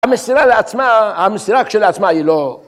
המסירה לעצמה, המסירה כשלעצמה היא לא...